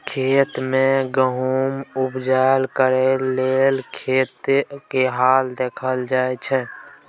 खेत मे गहुम बाउग करय लेल खेतक हाल देखल जाइ छै